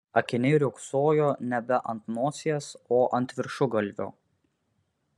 akiniai riogsojo nebe ant nosies o ant viršugalvio